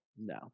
No